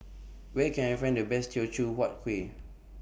Where Can I Find The Best Teochew Huat Kueh